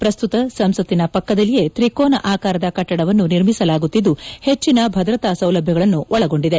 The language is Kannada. ಪ್ರಸ್ತುತ ಸಂಸತ್ತಿನ ಪಕ್ಕದಲ್ಲಿಯೇ ತ್ರಿಕೋನ ಆಕಾರದ ಕಟ್ಟಡವನ್ನು ನಿರ್ಮಿಸಲಾಗುತ್ತಿದ್ದು ಹೆಚ್ಚಿನ ಭದ್ರತಾ ಸೌಲಭ್ಯಗಳನ್ನು ಒಳಗೊಂಡಿದೆ